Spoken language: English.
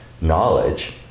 knowledge